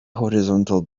horizontal